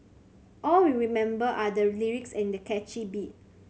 all we remember are the lyrics and catchy beat